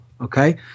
Okay